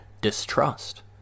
distrust